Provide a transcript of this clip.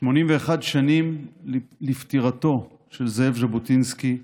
81 שנים לפטירתו של זאב ז'בוטינסקי,